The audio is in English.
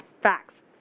Facts